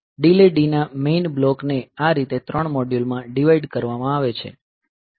delay D ના main block ને આ રીતે 3 મોડ્યુલમાં ડિવાઈડ કરવામાં આવે છે